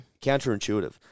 Counterintuitive